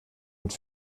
und